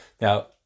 Now